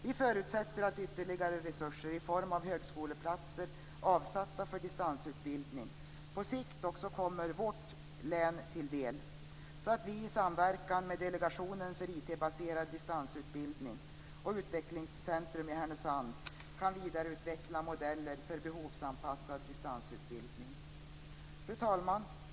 Vi förutsätter att ytterligare resurser, i form av högskoleplatser avsatta för distansutbildning, på sikt också kommer vårt län till del så att vi i samverkan med Delegationen för IT-baserad distansutbildning och Utvecklingscentrum i Härnösand kan vidareutveckla modeller för behovsanpassad distansutbildning. Fru talman!